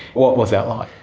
what was that like?